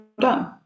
done